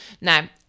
Now